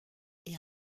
est